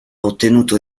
ottenuto